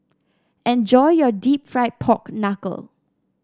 enjoy your deep fried Pork Knuckle